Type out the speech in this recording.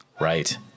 Right